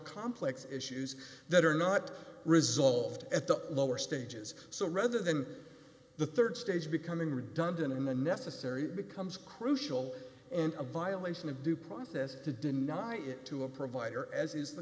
complex issues that are not resolved at the lower stages so rather than the rd stage becoming redundant and the necessary becomes crucial and a violation of due process to deny it to a provider as is the